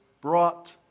brought